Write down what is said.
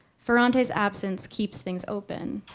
ferrante's absence keeps things open.